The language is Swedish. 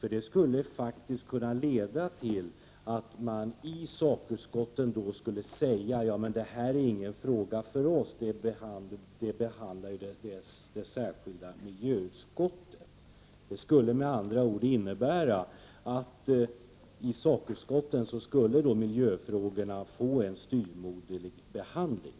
Det skulle faktiskt kunna leda till att man i sakutskotten skulle kunna säga att det inte är någon fråga för utskottet, eftersom den behandlas i det särskilda miljöutskottet. Med andra ord skulle det innebära att miljöfrågorna skulle få en styvmoderlig behandling i sakutskotten.